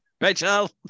Rachel